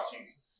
Jesus